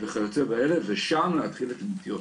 וכיוצא באלה, ושם להתחיל את הנטיעות.